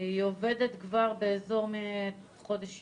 מחודש יולי.